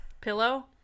Pillow